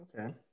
Okay